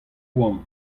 oan